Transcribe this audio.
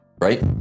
right